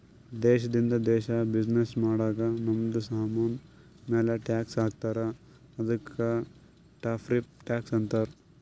ದೇಶದಿಂದ ದೇಶ್ ಬಿಸಿನ್ನೆಸ್ ಮಾಡಾಗ್ ನಮ್ದು ಸಾಮಾನ್ ಮ್ಯಾಲ ಟ್ಯಾಕ್ಸ್ ಹಾಕ್ತಾರ್ ಅದ್ದುಕ ಟಾರಿಫ್ ಟ್ಯಾಕ್ಸ್ ಅಂತಾರ್